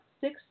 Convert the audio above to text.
six